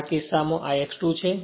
તે કિસ્સામાં આ X2 છે